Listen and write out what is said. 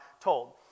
told